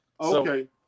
okay